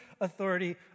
authority